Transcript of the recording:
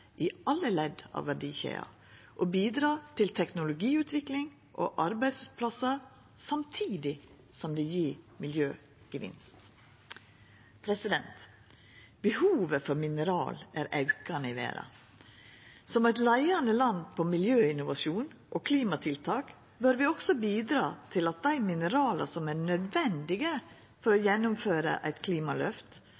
i alle ledd av verdikjeda og bidra til teknologiutvikling og arbeidsplassar samtidig som det gjev miljøgevinst. Behovet for mineral er aukande i verda. Som eit leiande land innan miljøinnovasjon og klimatiltak bør vi også bidra til at dei minerala som er nødvendige for å